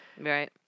Right